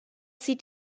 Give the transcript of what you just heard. sieht